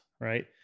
right